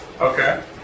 Okay